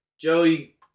Joey